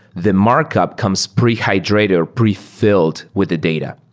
the markup comes pre-hydrated or prefilled with the data,